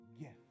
gift